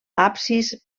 absis